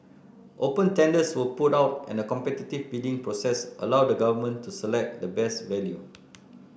open tenders were put out and a competitive bidding process allowed the Government to select the best value